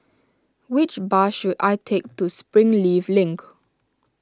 which bus should I take to Springleaf Link